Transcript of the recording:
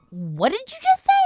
what'd you just say?